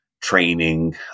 training